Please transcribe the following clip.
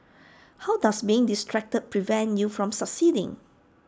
how does being distracted prevent you from succeeding